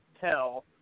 tell